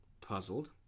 Puzzled